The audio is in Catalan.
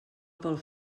pel